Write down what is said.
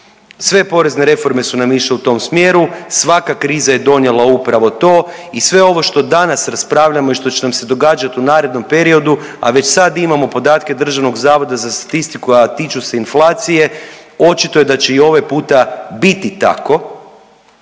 Sve porezne reforme su nam išle u tom smjeru, svaka kriza je donijela upravo to i sve ovo što danas raspravljamo i što će nam se događati u narednom periodu, a već sad imamo podatke DZS a tiču se inflacije, očito je da će i ovaj puta biti tako,